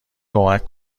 کمک